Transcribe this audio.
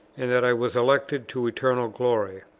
and that i was elected to eternal glory.